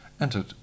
entered